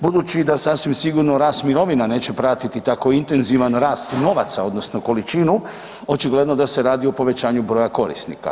Budući da sasvim sigurno rast mirovina neće pratiti tako intenzivan rast novaca odnosno količinu očigledno da se radi o povećanju broja korisnika.